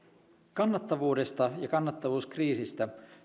kannattavuudesta ja kannattavuuskriisistä